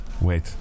Wait